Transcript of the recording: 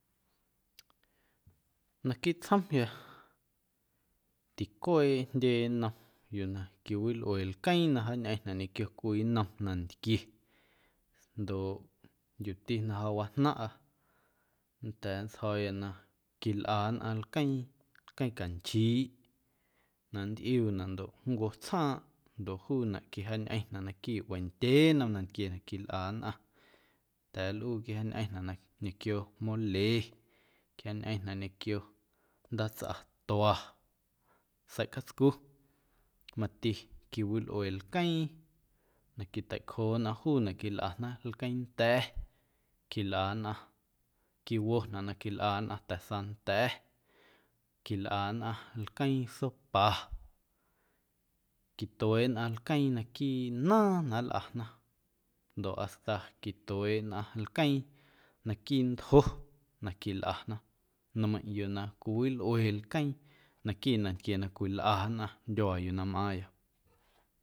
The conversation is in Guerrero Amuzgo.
Naquiiꞌ tsjomya ticueeꞌ jndye nnom yuu na quiwilꞌue lqueeⁿ na jaañꞌeⁿnaꞌ ñequio cwii nnom nantquie ndoꞌ yuuti na ja wajnaⁿꞌa nnda̱a̱ nntsjo̱o̱ya quilꞌa nnꞌaⁿ lqueeⁿ lqueeⁿ canchiiꞌ na nntꞌiuunaꞌ ndoꞌ nncwo̱ tsjaaⁿꞌ ndoꞌ juunaꞌ quijañꞌeⁿnaꞌ naquiiꞌ wendyeennom nantquie na quilꞌa nnꞌaⁿ nnda̱a̱ nlꞌuu na quijañꞌeⁿnaꞌ ñequio mole quijaañꞌeⁿnaꞌ ñequio ndaatsꞌatua seiꞌ catscu mati quiwilꞌue lqueeⁿ na quiteicjoo nnꞌaⁿ juunaꞌ quilꞌana lqueeⁿnda̱, quilꞌa nnꞌaⁿ quiwo̱naꞌ na quilꞌa nnꞌaⁿ ta̱sanda̱, quilꞌa nnꞌaⁿ lqueeⁿ sopa, quitueeꞌ nnꞌaⁿ lqueeⁿ naquiiꞌ naaⁿ na nlꞌana ndoꞌ hasta quitueeꞌ nnꞌaⁿ lqueeⁿ naquiiꞌ ntjo na quilꞌana nmeiⁿꞌ yuu na quiwilꞌue lqueeⁿ naquiiꞌ nantquie na cwilꞌa nnꞌaⁿ ndyuaa yuu na mꞌaaⁿya.